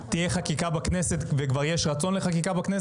תהיה חקיקה בכנסת וכבר יש רצון לחקיקה בכנסת.